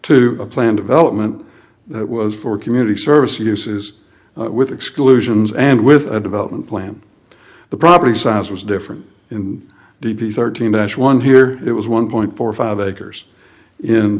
to a plan development that was for community service uses with exclusions and with a development plan the property size was different in the thirteen ash one here it was one point four five acres in